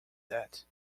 that